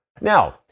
Now